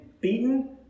beaten